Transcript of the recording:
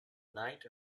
night